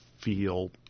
feel